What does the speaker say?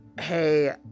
Hey